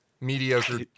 mediocre